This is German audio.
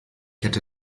hätte